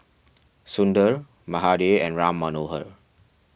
Sundar Mahade and Ram Manohar